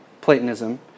Platonism